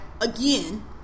again